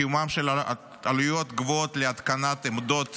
קיומן של עלויות גבוהות להתקנת עמדות